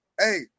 Hey